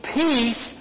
peace